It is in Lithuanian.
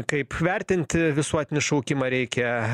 kaip vertinti visuotinį šaukimą reikia